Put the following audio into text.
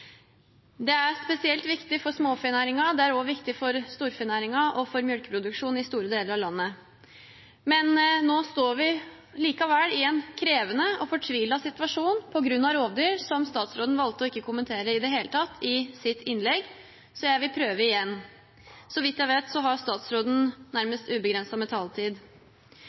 Det er spesielt viktig for småfenæringen. Det er også viktig for storfenæringen og for melkeproduksjonen i store deler av landet. Men nå står vi likevel i en krevende og fortvilet situasjon på grunn av rovdyr, som statsråden valgte ikke å kommentere i det hele tatt i sitt innlegg. Så jeg vil prøve igjen. Så vidt jeg vet, har statsråden nærmest ubegrenset med taletid.